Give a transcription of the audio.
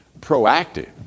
proactive